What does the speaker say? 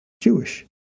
jewish